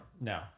No